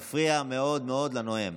זה מפריע מאוד מאוד לנואם.